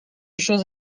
chose